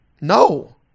No